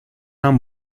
han